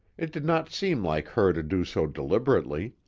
it did not seem like her to do so deliberately,